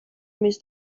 més